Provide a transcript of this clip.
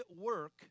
work